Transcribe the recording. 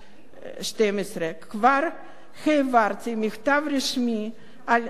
כבר העברתי מכתב רשמי אל ראש הממשלה ואל